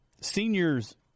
Senior's